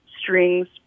strings